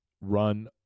run